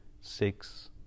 six